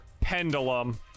Pendulum